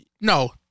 no